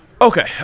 Okay